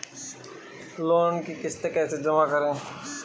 Loan की किश्त कैसे जमा करें?